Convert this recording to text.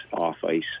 off-ice